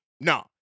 no